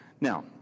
Now